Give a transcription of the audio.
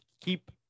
keep